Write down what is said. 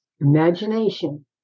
Imagination